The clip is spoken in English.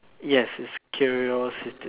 yes it's curiosity